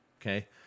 Okay